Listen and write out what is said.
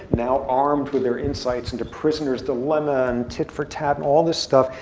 now armed with their insights into prisoner's dilemma and tit for tat, all this stuff,